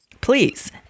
please